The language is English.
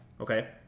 okay